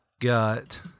got